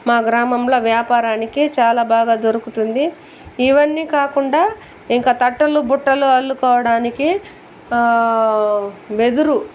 మా గ్రామంలో వ్యాపారానికి చాలా బాగా దొరుకుతుంది ఇవన్నీ కాకుండా ఇంకా తట్టలు బుట్టలు అల్లుకోవడానికి వెదురు